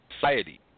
society